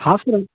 हाँ सर